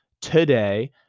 today